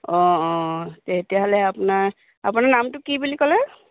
অঁ অঁ তেতিয়াহ'লে আপোনাৰ আপোনাৰ নামটো কি বুলি ক'লে